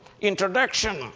introduction